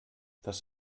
das